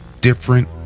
different